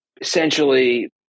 essentially